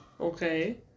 Okay